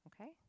okay